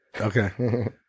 Okay